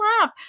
laugh